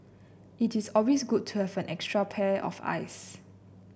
it is always good to have an extra pair of eyes